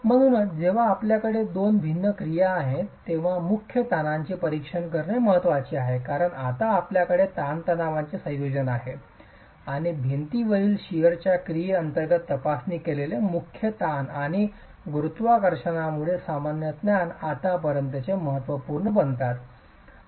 म्हणूनच जेव्हा आपल्याकडे दोन भिन्न क्रिया आहेत तेव्हा मुख्य ताणांचे परीक्षण करणे महत्वाचे आहे कारण आता आपल्याकडे ताणतणावांचे संयोजन आहे आणि भिंतीवरील शिअरच्या क्रिये अंतर्गत तपासणी केलेले मुख्य ताण आणि गुरुत्वाकर्षणामुळे सामान्य ताण आतापर्यंत महत्त्वपूर्ण बनतात